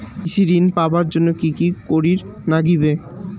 কৃষি ঋণ পাবার জন্যে কি কি করির নাগিবে?